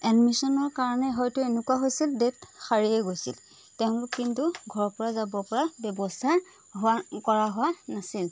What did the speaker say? এডমিশনৰ কাৰণে হয়তো এনেকুৱা হৈছিল ডেট হাৰিয়ে গৈছিল তেওঁলোক কিন্তু ঘৰৰ পৰা যাব পৰা ব্যৱস্থা হোৱা কৰা হোৱা নাছিল